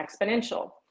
exponential